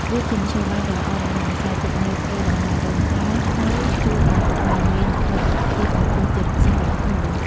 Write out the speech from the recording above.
វាជាមធ្យោបាយដ៏ល្អដើម្បីបន្សល់ទុកនូវកេរដំណែលដូនតា ហើយជួយឲ្យកុមារមានមោទនភាពចំពោះជាតិសាសន៍របស់ខ្លួន។